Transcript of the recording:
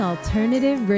Alternative